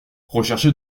rechercher